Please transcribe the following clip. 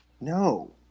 No